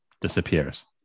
disappears